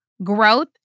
Growth